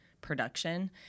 production